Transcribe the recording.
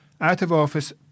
Out-of-office